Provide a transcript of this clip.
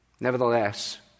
Nevertheless